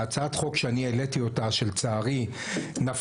הצעת החוק שאני העליתי אותה שלצערי נפלה